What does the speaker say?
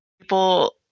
people